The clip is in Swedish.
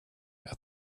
jag